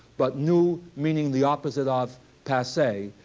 but new meaning the opposite of passe,